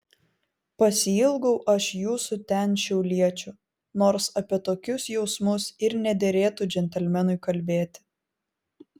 pasiilgau aš jūsų ten šiauliečių nors apie tokius jausmus ir nederėtų džentelmenui kalbėti